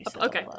Okay